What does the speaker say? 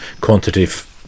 quantitative